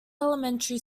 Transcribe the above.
elementary